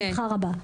נעביר בשמחה רבה.